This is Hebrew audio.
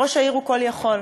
ראש העיר הוא כל-יכול.